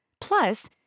Plus